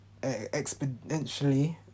exponentially